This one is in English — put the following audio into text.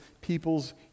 people's